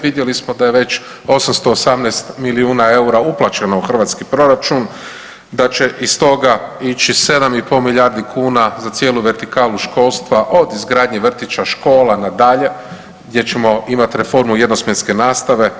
Vidjeli smo da je već 818 milijuna eura uplaćeno u hrvatski proračun, da će iz toga ići 7 i pol milijardi kuna za cijelu vertikalu školstva od izgradnje vrtića, škola na dalje gdje ćemo imati reformu jedno smjenske nastave.